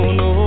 no